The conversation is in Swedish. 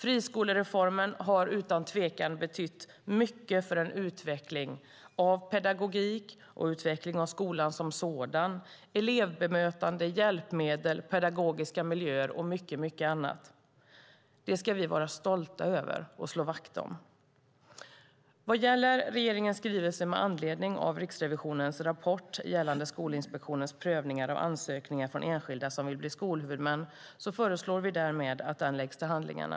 Friskolereformen har utan tvekan betytt mycket för en utveckling av pedagogik och en utveckling av skolan som sådan - elevbemötande, hjälpmedel, pedagogiska miljöer och mycket annat. Det ska vi vara stolta över och slå vakt om. Vad gäller regeringens skrivelse med anledning av Riksrevisionens rapport gällande Skolinspektionens prövningar av ansökningar från enskilda som vill bli skolhuvudmän föreslår vi därmed att den läggs till handlingarna.